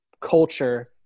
culture